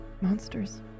monsters